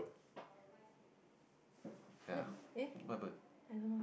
ya what happen